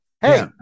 Hey